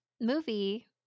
movie